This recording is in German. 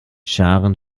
scharen